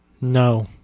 No